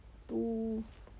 two